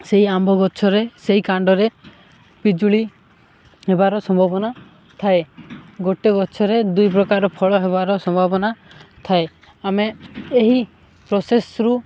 ସେହି ଆମ୍ବ ଗଛରେ ସେଇ କାଣ୍ଡରେ ପିଜୁଳି ହେବାର ସମ୍ଭାବନା ଥାଏ ଗୋଟେ ଗଛରେ ଦୁଇ ପ୍ରକାର ଫଳ ହେବାର ସମ୍ଭାବନା ଥାଏ ଆମେ ଏହି ପ୍ରୋସେସ୍ରୁ